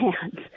hands